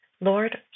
Lord